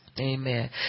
Amen